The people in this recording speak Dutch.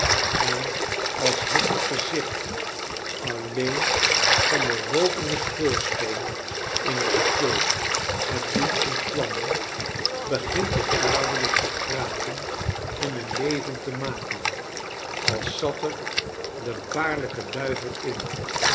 en als had het gezicht alleen van den rookenden schoorsteen eener stulp het doen ontvlammen begint het dadelljk te kraken en een leven te maken als zat er de baarlijke duivel in